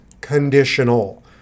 conditional